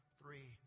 three